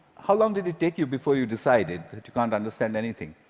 how long did it take you before you decided that you can't understand anything?